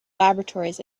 laboratories